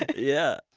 yeah.